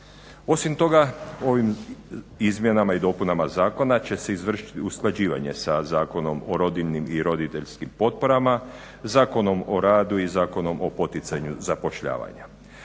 Osim toga, ovim izmjenama i dopunama zakona će se izvršiti usklađivanje sa zakonom o rodiljnim i roditeljskim potporama, Zakonom o radu i Zakonom o poticanju zapošljavanja.